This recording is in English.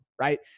right